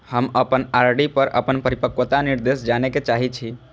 हम अपन आर.डी पर अपन परिपक्वता निर्देश जाने के चाहि छी